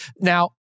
now